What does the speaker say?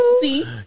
See